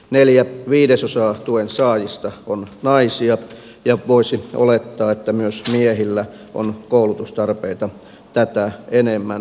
neljä viidesosaa tuen saajista on naisia ja voisi olettaa että myös miehillä on koulutustarpeita tätä enemmän